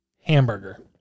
Hamburger